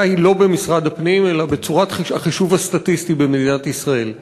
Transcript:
שלה הוא לא במשרד הפנים אלא בצורת החישוב הסטטיסטי במדינת ישראל.